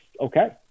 Okay